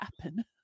happen